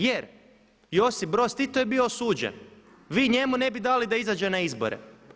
Jer Josip Broz Tito je bio osuđen, vi njemu ne bi dali da izađe na izbore.